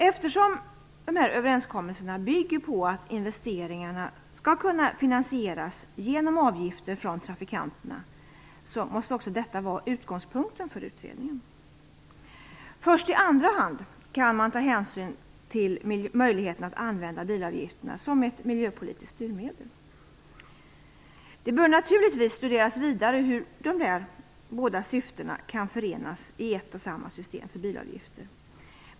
Eftersom de här överenskommelserna bygger på att investeringarna skall kunna finansieras genom avgifter från trafikanterna, måste också detta vara utgångspunkten för utredningen. Först i andra hand kan man ta hänsyn till möjligheten att använda bilavgifterna som ett miljöpolitiskt styrmedel. Det bör naturligtvis studeras vidare hur båda dessa syften kan förenas i ett och samma system för bilavgifter.